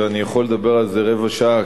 ואני יכול לדבר על זה רבע שעה,